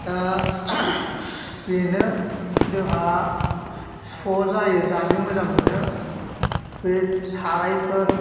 दा बेनो जोंहा स्र' जायो जानो मोजां मोनो बे सारायफोर